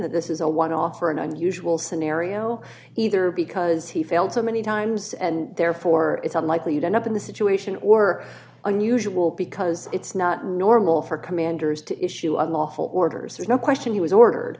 that this is a one off or an unusual scenario either because he failed so many times and therefore it's unlikely you'd end up in the situation or unusual because it's not normal for commanders to issue d a lawful orders there's no question he was ordered